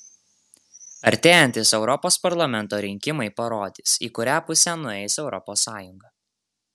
artėjantys europos parlamento rinkimai parodys į kurią pusę nueis europos sąjunga